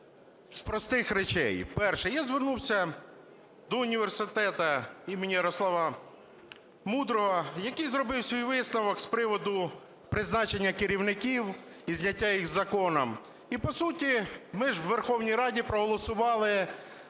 з простих речей. Перше. Я звернувся до університету імені Ярослава Мудрого, який зробив свій висновок з приводу призначення керівників і зняття їх законом. І, по суті, ми ж у Верховній Раді проголосували